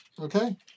Okay